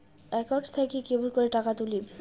Account থাকি কেমন করি টাকা তুলিম?